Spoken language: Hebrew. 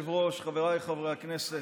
גברתי, את הדוברת הבאה, בסדר?